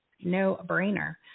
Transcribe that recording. No-brainer